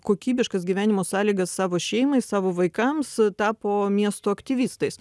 kokybiškas gyvenimo sąlygas savo šeimai savo vaikams tapo miesto aktyvistais